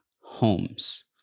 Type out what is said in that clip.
homes